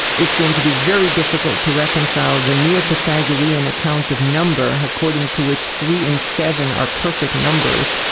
it's going to be very difficult to reconcile the neo-pythagorean account of number, according to which three and seven are perfect numbers.